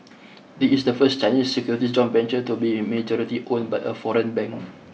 it is the first Chinese securities joint venture to be majority owned by a foreign bank